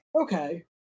okay